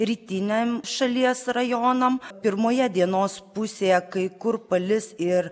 rytiniam šalies rajonam pirmoje dienos pusėje kai kur palis ir